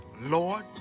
Lord